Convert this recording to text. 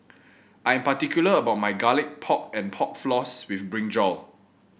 I am particular about my Garlic Pork and Pork Floss with brinjal